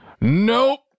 Nope